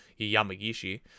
Yamagishi